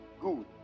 Good